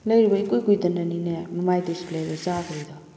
ꯂꯩꯔꯨꯕ ꯏꯀꯨꯏ ꯀꯨꯏꯗꯅꯤꯅꯦ ꯃꯃꯥꯏ ꯗꯤꯁꯄ꯭ꯂꯦꯗꯣ ꯆꯥꯛꯈ꯭ꯔꯤꯗꯣ